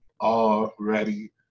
already